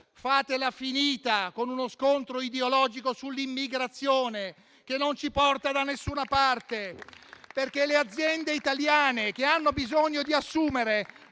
fatela finita con uno scontro ideologico sull'immigrazione, che non ci porta da nessuna parte, perché le aziende italiane che hanno bisogno di assumere